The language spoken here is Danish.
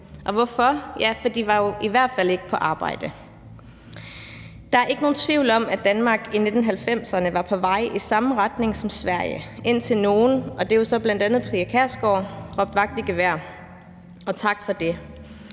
var der det? Jo, for de var i hvert fald ikke på arbejde. Der er ikke nogen tvivl om, at Danmark i 1990'erne var på vej i samme retning som Sverige, indtil nogen – og det var jo så bl.a. Pia Kjærsgaard – råbte vagt i gevær, og tak for det.